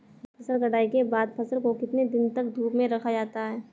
फसल कटाई के बाद फ़सल को कितने दिन तक धूप में रखा जाता है?